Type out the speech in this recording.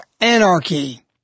anarchy